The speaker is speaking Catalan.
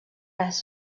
res